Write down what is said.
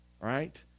right